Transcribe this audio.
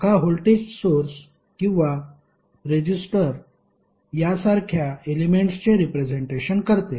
शाखा voltage source किंवा resistor यासारख्या एलेमेंट्सचे रिप्रेझेंटेशन करते